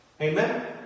Amen